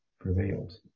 prevailed